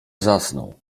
zasnął